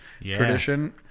tradition